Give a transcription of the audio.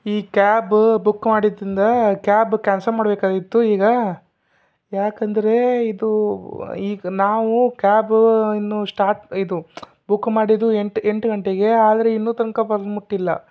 ಈ cab book ಮಾಡಿದ್ರಿಂದ cab cancel ಮಾಡಬೇಕಾಗಿತ್ತು ಈಗ ಯಾಕಂದರೆ ಇದು ಈಗ ನಾವು ಕ್ಯಾಬು ಇನ್ನೂ ಸ್ಟಾಟ್ ಇದು ಬುಕ್ ಮಾಡಿದ್ದು ಎಂಟು ಎಂಟು ಗಂಟೆಗೆ ಆದರೆ ಇನ್ನೂ ತನಕ ಬಂದು ಮುಟ್ಟಿಲ್ಲ